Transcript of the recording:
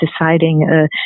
Deciding